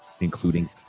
including